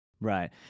right